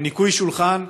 בניקוי שולחן,